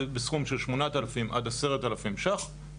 בסכום של 8,000-10,000 ש"ח.